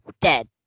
Dead